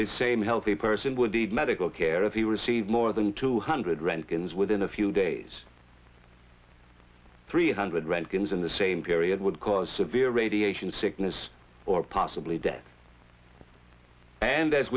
the same healthy person would need medical care if he received more than two hundred rand kins within a few days three hundred rankin's in the same period would cause severe radiation sickness or possibly death and as